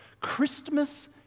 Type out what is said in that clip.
Christmas